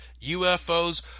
ufos